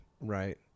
right